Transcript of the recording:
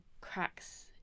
cracks